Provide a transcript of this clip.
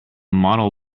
model